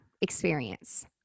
experience